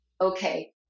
okay